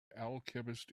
alchemist